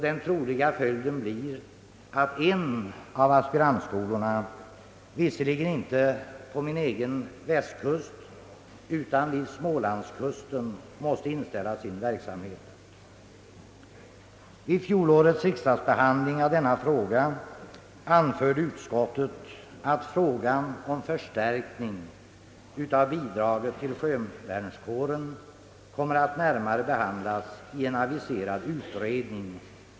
Den troliga följden blir att en av aspirantskolorna — visserligen inte på min egen västkust utan vid smålandskusten — måste inställa sin verksamhet. Vid fjolårets riksdagsbehandling av detta ärende anförde utskottet, att frågan om förstärkning av bidraget till sjövärnskåren torde komma att närmare behandlas i en aviserad utredning.